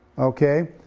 okay?